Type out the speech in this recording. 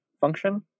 function